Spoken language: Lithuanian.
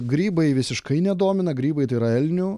grybai visiškai nedomina grybai tai yra elnių